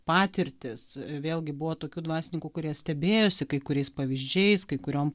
patirtis vėlgi buvo tokių dvasininkų kurie stebėjosi kai kuriais pavyzdžiais kai kuriom